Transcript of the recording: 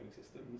systems